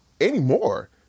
anymore